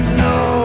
no